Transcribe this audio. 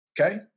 Okay